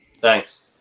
Thanks